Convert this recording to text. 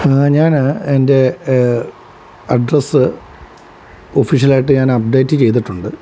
ഞാന് എൻ്റെ അഡ്രസ്സ് ഒഫീഷ്യലായിട്ട് അപ്ഡേറ്റ് ചെയ്തിട്ടുണ്ട്